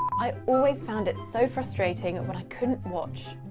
i always found it so frustrating at what i couldn't watch,